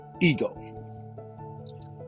ego